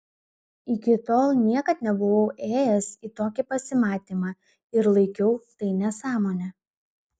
iki tol niekad nebuvau ėjęs į tokį pasimatymą ir laikiau tai nesąmone